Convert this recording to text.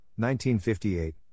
1958